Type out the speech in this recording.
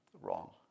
wrong